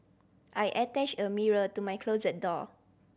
I attached a mirror to my closet door